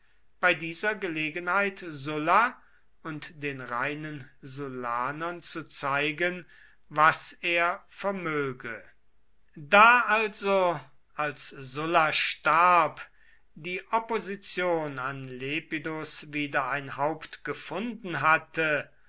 bei dieser gelegenheit sulla und den reinen sullanern zu zeigen was er vermöge da also als sulla starb die opposition an lepidus wieder ein haupt gefunden hatte